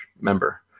member